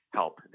help